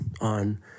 on